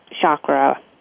chakra